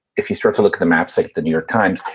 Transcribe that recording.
if you start to look at the maps like the new york times,